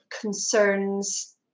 concerns